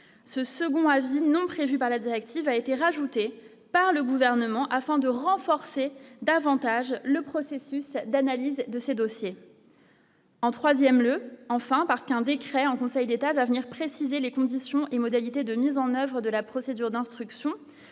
ce second avis non prévues par la directive a été rajoutée par le gouvernement afin de renforcer davantage le processus d'analyse de ces dossiers. En 3ème lieu enfin parce qu'un décret en Conseil d'État va venir préciser les conditions et modalités de mise en oeuvre de la procédure d'instruction,